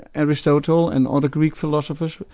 aristotle and other greek philosophers,